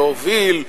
להוביל,